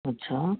अच्छा